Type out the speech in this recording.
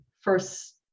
first